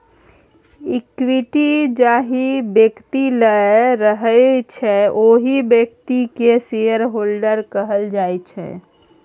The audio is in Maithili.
इक्विटी जाहि बेकती लग रहय छै ओहि बेकती केँ शेयरहोल्डर्स कहल जाइ छै